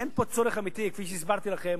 אין פה צורך אמיתי, כפי שהסברתי לכם.